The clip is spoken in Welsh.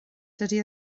dydy